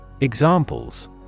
Examples